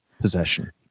possession